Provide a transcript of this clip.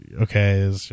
okay